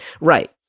right